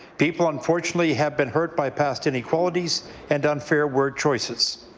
people unfortunately have been hurt bypass inequalities and unfair work choices.